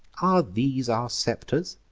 are these our scepters?